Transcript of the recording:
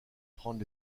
prendre